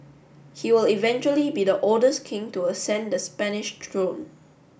he will eventually be the oldest king to ascend the Spanish throne